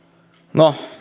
no